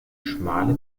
schmale